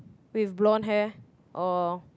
with blonde hair or